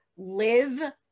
Live